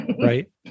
Right